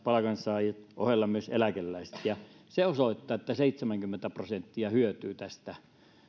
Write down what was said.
palkansaajat sen ohella myös eläkeläiset ja se osoittaa että seitsemänkymmentä prosenttia hyötyy tästä